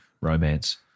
romance